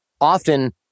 often